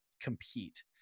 compete